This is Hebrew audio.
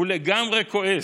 הוא לגמרי כועס,